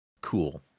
cool